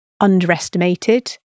underestimated